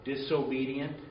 disobedient